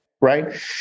Right